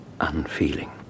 unfeeling